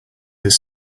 his